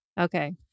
okay